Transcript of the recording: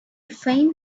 faint